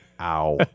ow